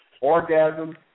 orgasm